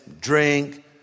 drink